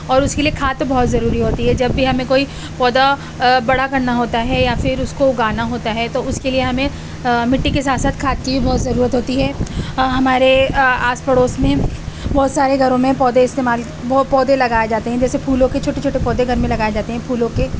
اور اس کے لیے کھاد بہت ضروری ہوتی ہے جب بھی ہمیں کوئی پودا بڑا کرنا ہوتا ہے یا پھر اس کو اگانا ہوتا ہے تو اس کے لیے ہمیں مٹی کے ساتھ ساتھ کھاد کی بھی بہت ضرورت ہوتی ہے ہمارے آس پڑوس میں بہت سارے گھروں میں پودے استعمال پودے لگائے جاتے ہیں جیسے پھولوں کے چھوٹے چھوٹے پودے گھر میں لگائے جاتے ہیں پھولوں کے